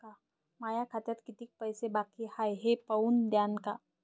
माया खात्यात कितीक पैसे बाकी हाय हे पाहून द्यान का?